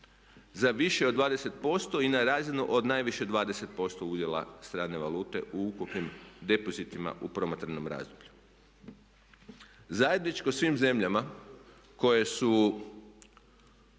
za više od 20% i na razinu od najviše 20% udjela strane valute u ukupnim depozitima u promatranom razdoblju. Zajedničko svim zemljama koje su